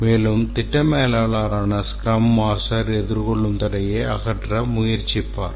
மேலும் திட்ட மேலாளரான ஸ்க்ரம் மாஸ்டர் எதிர்கொள்ளும் தடையை அகற்ற முயற்சிப்பார்